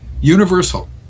universal